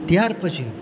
ત્યાર પછી